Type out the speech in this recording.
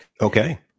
Okay